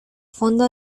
fondo